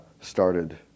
started